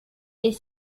est